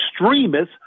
extremists